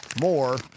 more